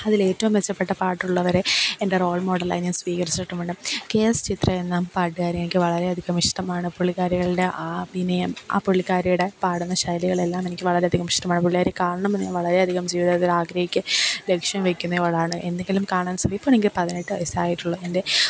അതിൽ ഏറ്റവും മെച്ചപ്പെട്ട പാട്ടുള്ളവരെ എൻ്റെ റോൾ മോഡൽ ആയി ഞാൻ സ്വീകരിച്ചിട്ടുമുണ്ട് കെ എസ് ചിത്ര എന്ന പാട്ടുകാരി എനിക്ക് വളരെയധികം ഇഷ്ടമാണ് പുള്ളിക്കാരികളുടെ ആ വിനയം ആ പുള്ളിക്കാരിയുടെ പാടുന്ന ശൈലികളെല്ലാം എനിക്ക് വളരെയധികം ഇഷ്ടമാണ് പുള്ളികാരി കാണണമെന്ന് ഞാൻ വളരെയധികം ജീവിതത്തിൽ ആഗ്രഹിക്ക ലക്ഷ്യം വെയ്ക്കുന്ന ആളാണ് എന്തെങ്കിലും കാണാൻ ഇപ്പോൾ എനിക്ക് പതിനെട്ട് വയസ്സായിട്ടുള്ളൂ എൻ്റെ